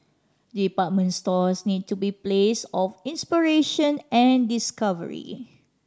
department stores need to be place of inspiration and discovery